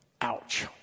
Ouch